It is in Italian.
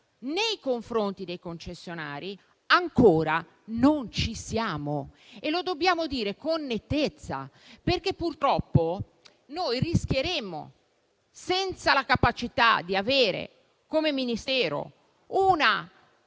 nei confronti dei concessionari ancora non c'è. E lo dobbiamo dire con nettezza, perché purtroppo correremo dei rischi, senza la capacità di avere come Ministero una